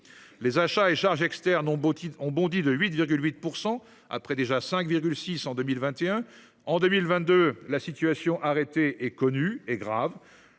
Les achats et charges externes ont bondi de 8,8 %, après une hausse de 5,6 % en 2021. En 2022, la situation arrêtée et connue est grave